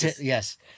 Yes